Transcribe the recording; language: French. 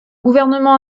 gouvernement